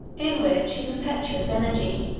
in which his impetuous energy,